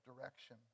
direction